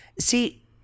see